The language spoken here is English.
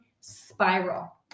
spiral